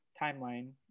timeline